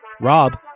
Rob